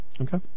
Okay